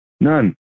none